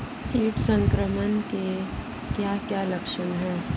कीट संक्रमण के क्या क्या लक्षण हैं?